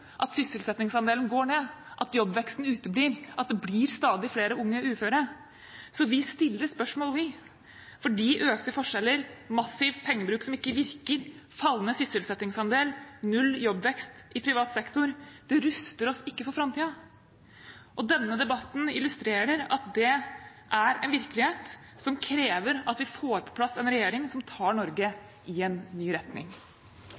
at sysselsettingsandelen går ned, at jobbveksten uteblir, og at det blir stadig flere unge uføre. Så vi stiller spørsmål, fordi økte forskjeller, massiv pengebruk som ikke virker, fallende sysselsettingsandel og null jobbvekst i privat sektor ruster oss ikke for framtiden. Denne debatten illustrerer at dét er en virkelighet som krever at vi får på plass en regjering som tar Norge i en ny retning.